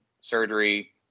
surgery